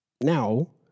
now